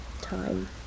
time